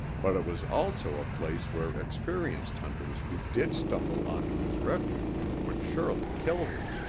but it was also a place where experienced hunters who did stumble onto his refuge would surely kill him.